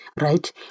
Right